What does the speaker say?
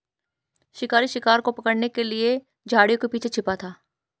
शिकारी शिकार को पकड़ने के लिए झाड़ियों के पीछे छिपा था